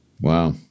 Wow